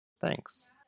Thanks